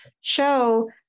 show